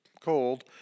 cold